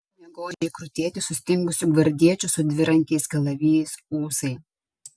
ėmė godžiai krutėti sustingusių gvardiečių su dvirankiais kalavijais ūsai